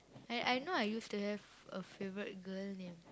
I I know I used to have a favourite girl name